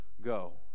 go